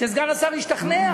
שסגן השר ישתכנע.